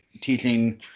teaching